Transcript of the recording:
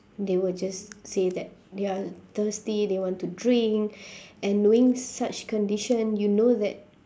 they will just say that they are thirsty they want to drink and knowing such condition you know that